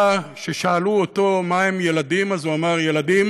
כששאלו אותו מהם ילדים, והוא אמר: ילדים